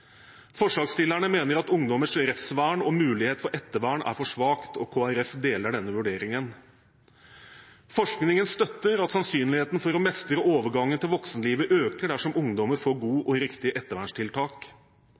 Forslagsstillerne mener at ungdommers rettsvern og mulighet for ettervern er for svakt, og Kristelig Folkeparti deler denne vurderingen. Forskningen støtter at sannsynligheten for å mestre overgangen til voksenlivet øker dersom ungdommene får gode og riktige ettervernstiltak.